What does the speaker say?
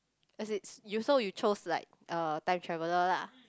as it's you so you chose like uh time traveller lah